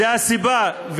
זו הסיבה.